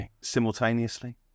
simultaneously